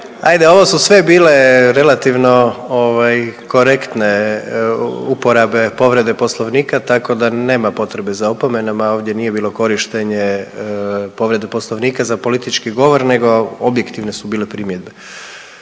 Ajde, ovo su sve bile relativno ovaj korektne uporabe povrede Poslovnika, tako da nema potrebe za opomenama, ovdje nije bilo korištenje povrede Poslovnika za politički govor nego objektive su bile primjedbe.